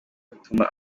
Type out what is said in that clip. bituma